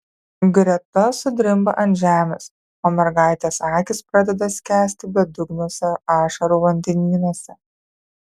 greta sudrimba ant žemės o mergaitės akys pradeda skęsti bedugniuose ašarų vandenynuose